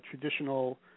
traditional